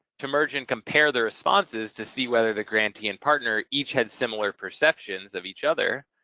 to merge and compare the responses to see whether the grantee and partner each had similar perceptions of each other,